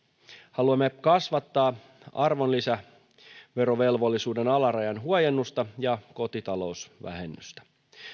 haluamme kasvattaa arvonlisäverovelvollisuuden alarajan huojennusta ja kotitalousvähennystä